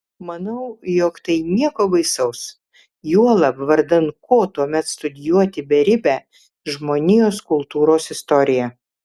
manau jog tai nieko baisaus juolab vardan ko tuomet studijuoti beribę žmonijos kultūros istoriją